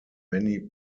many